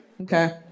Okay